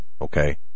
okay